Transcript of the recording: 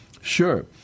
Sure